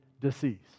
deceased